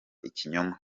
ikinyoma